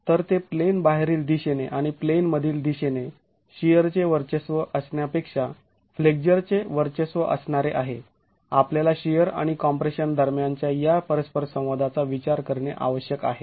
तर ते प्लेन बाहेरील दिशेने आणि प्लेनमधील दिशेने शिअरचे वर्चस्व असण्यापेक्षा फ्लेक्झरचे वर्चस्व असणारे आहे आपल्याला शिअर आणि कॉम्प्रेशन दरम्यानच्या या परस्पर संवादाचा विचार करणे आवश्यक आहे